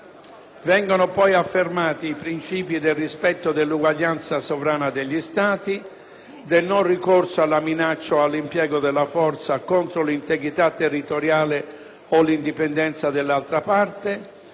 Vengono poi affermati i princìpi del rispetto dell'uguaglianza sovrana degli Stati, del non ricorso alla minaccia o all'impiego della forza contro l'integrità territoriale o l'indipendenza dell'altra parte,